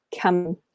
come